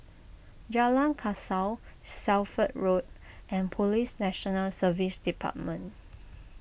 Jalan Kasau Shelford Road and Police National Service Department